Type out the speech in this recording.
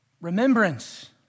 Remembrance